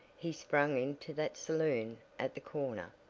he sprang into that saloon at the corner.